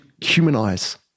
humanize